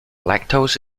lactose